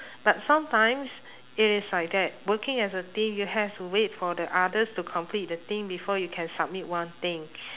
but sometimes it is like that working as a team you have to wait for the others to complete the thing before you can submit one thing